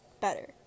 better